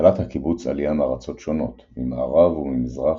קלט הקיבוץ עלייה מארצות שונות, ממערב וממזרח,